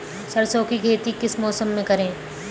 सरसों की खेती किस मौसम में करें?